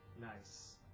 Nice